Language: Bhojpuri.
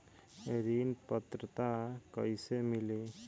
ऋण पात्रता कइसे मिली?